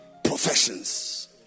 Professions